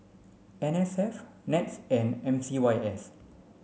N S F NETS and M C Y S